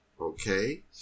okay